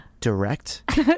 direct